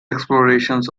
explorations